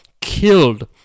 killed